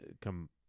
come